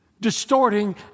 distorting